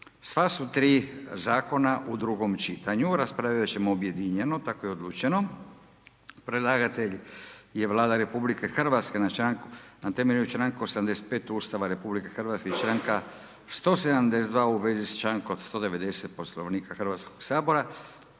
Sva su tri Zakona u drugom čitanju, raspravljat ćemo objedinjeno, tako je odlučeno, predlagatelj je Vlada Republike Hrvatske na temelju članka 85. Ustava RH i članka 172. u vezi s člankom 190. Poslovnika Hrvatskog sabora.